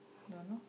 don't know